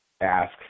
ask